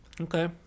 Okay